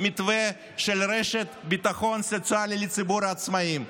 מתווה של רשת ביטחון סוציאלי לציבור העצמאים,